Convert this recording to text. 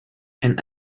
and